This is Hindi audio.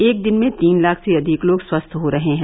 एक दिन में तीन लाख से अधिक लोग स्वस्थ हो रहे हैं